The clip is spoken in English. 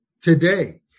today